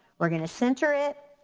we're gonna center it.